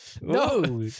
No